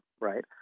right